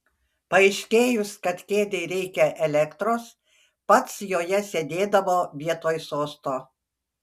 paaiškėjus kad kėdei reikia elektros pats joje sėdėdavo vietoj sosto